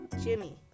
Jimmy